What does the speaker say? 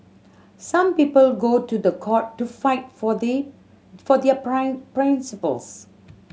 some people go to the court to fight for they for their principles